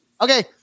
Okay